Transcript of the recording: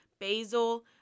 basil